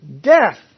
death